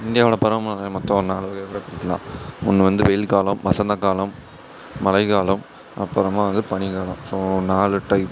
இந்தியாவில் பருவங்கள் மொத்தம் நாலு வகையாக கூட பிரிக்கலாம் ஒன்று வந்து வெயில் காலம் வசந்த காலம் மழை காலம் அப்புறமா வந்து பனி காலம் ஸோ நாலு டைப்பு